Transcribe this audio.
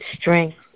strength